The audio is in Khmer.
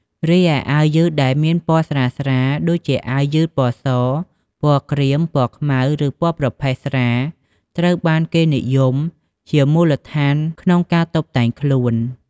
រីឯ អាវយឺតដែលមានពណ៌ស្រាលៗ ដូចជាអាវយឺតពណ៌ស ពណ៌ក្រៀម ពណ៌ខ្មៅ ឬពណ៌ប្រផេះស្រាល ត្រូវបានគេពេញនិយមជាមូលដ្ឋានក្នុងការតុបតែងខ្លួន។